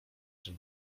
czyn